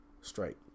Straight